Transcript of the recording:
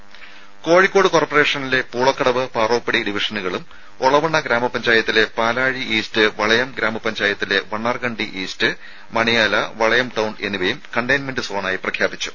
ദദദ കോഴിക്കോട് കോർപ്പറേഷനിലെ പൂളക്കടവ് പാറോപ്പടി ഡിവിഷനുകളും ഒളവണ്ണ ഗ്രാമപഞ്ചായത്തിലെ പാലാഴി ഈസ്റ്റ് വളയം ഗ്രാമപഞ്ചായത്തിലെ വണ്ണാർകണ്ടി ഈസ്റ്റ് മണിയാല വളയം ടൌൺ എന്നിവയും കണ്ടെയ്മെന്റ് സോണായി പ്രഖ്യാപിച്ചു